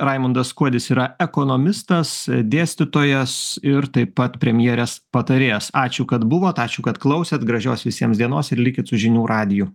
raimundas kuodis yra ekonomistas dėstytojas ir taip pat premjerės patarėjas ačiū kad buvot ačiū kad klausėt gražios visiems dienos ir likit su žinių radiju